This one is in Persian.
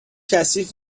کثیف